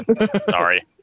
Sorry